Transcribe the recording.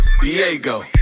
Diego